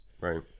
Right